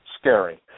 scary